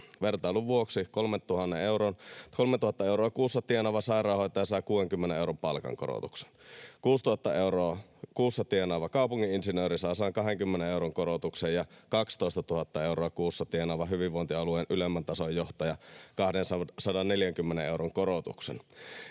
Vertailun vuoksi: 3 000 euroa kuussa tienaava sairaanhoitaja saa 60 euron palkankorotuksen, 6 000 euroa kuussa tienaava kaupungin insinööri saa 120 euron korotuksen ja 12 000 euroa kuussa tienaava hyvinvointialueen ylemmän tason johtaja 240 euron korotuksen.